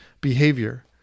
behavior